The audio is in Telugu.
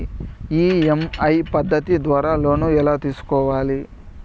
ఇ.ఎమ్.ఐ పద్ధతి ద్వారా లోను ఎలా తీసుకోవాలి